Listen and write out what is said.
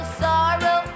sorrow